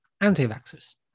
anti-vaxxers